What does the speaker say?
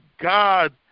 God